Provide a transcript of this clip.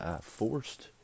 forced